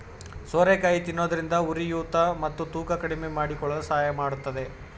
ಸೋರೆಕಾಯಿ ತಿನ್ನೋದ್ರಿಂದ ಉರಿಯೂತ ಮತ್ತು ತೂಕ ಕಡಿಮೆಮಾಡಿಕೊಳ್ಳಲು ಸಹಾಯ ಮಾಡತ್ತದೆ